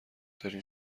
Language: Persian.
دارین